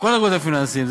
כל הרגולטורים הפיננסיים.